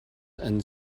and